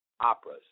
operas